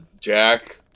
Jack